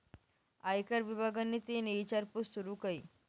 आयकर विभागनि तेनी ईचारपूस सूरू कई